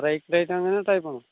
break light അങ്ങനെ ടൈപ്പാണോ